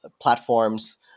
platforms